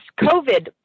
COVID